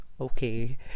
okay